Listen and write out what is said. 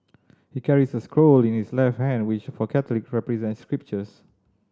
he carries a scroll in his left hand which for Catholic represent scriptures